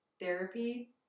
therapy